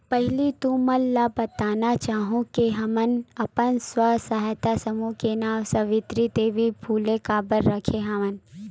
पहिली तुमन ल बताना चाहूँ के हमन अपन स्व सहायता समूह के नांव सावित्री देवी फूले काबर रखे हवन